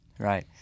Right